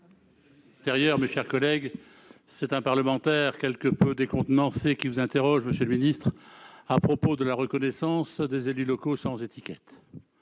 ministre de l'intérieur. C'est un parlementaire quelque peu décontenancé qui vous interroge, monsieur le ministre, à propos de la reconnaissance des élus locaux sans étiquette.